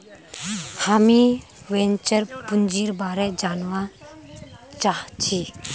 हामीं वेंचर पूंजीर बारे जनवा चाहछी